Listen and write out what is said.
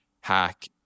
Hack